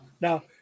Now